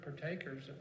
partakers